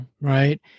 Right